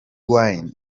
wine